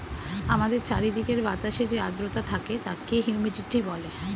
আমাদের চারিদিকের বাতাসে যে আর্দ্রতা থাকে তাকে হিউমিডিটি বলে